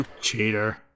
cheater